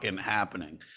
happening